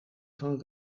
van